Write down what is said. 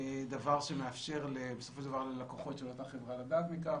דבר שמאפשר ללקוחות של אותה חברה לדעת על כך.